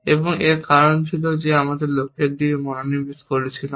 এবং এর কারণ ছিল যে আমরা লক্ষ্যের দিকে মনোনিবেশ করছিলাম